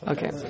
Okay